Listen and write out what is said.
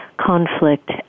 conflict